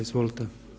Izvolite.